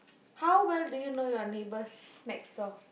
how well do you know your neighbours next door